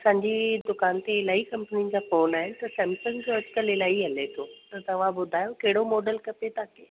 असांजी दुकान ते इलाही कंपनी जा फोन आहिनि त सैमसंग जो अॼुकल्ह इलाही हले थो त तव्हां ॿुधायो कहिड़ो मॉडल खपे तव्हांखे